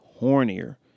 hornier